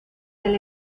del